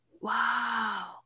Wow